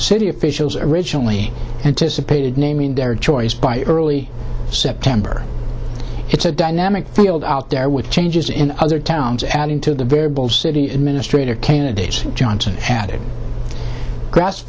city officials originally anticipated naming their choice by early september it's a dynamic field out there with changes in other towns adding to the variable city administrator candidates johnson at a gras